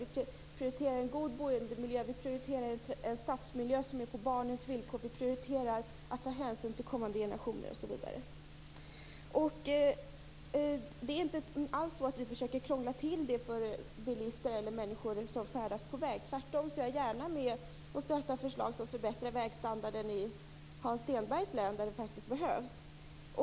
Vi prioriterar en god boendemiljö, vi prioriterar en stadsmiljö som är på barnens villkor, vi prioriterar hänsynstagande till kommande generationer, osv. Vi försöker inte alls krångla till det för bilister och andra som färdas på väg. Tvärtom är jag gärna med och stöttar förslag som förbättrar vägstandarden i Hans Stenbergs län, där det faktiskt behövs.